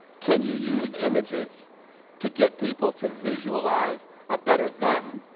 can you use images to get people to visualise a better them.